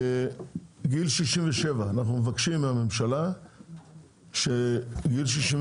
גיל 67. אנחנו מבקשים מהממשלה שהפטור מתשלום בתחבורה